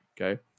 Okay